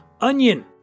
onion